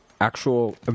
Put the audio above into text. actual